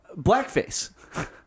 Blackface